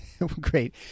Great